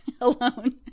alone